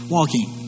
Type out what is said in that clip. Walking